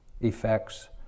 effects